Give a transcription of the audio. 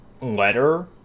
letter